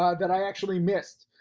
ah that i actually missed.